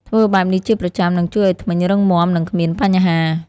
ធ្វើបែបនេះជាប្រចាំ នឹងជួយឲ្យធ្មេញរឹងមាំ និងគ្មានបញ្ហា។